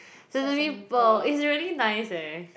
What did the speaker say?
sesame pearl it's really nice leh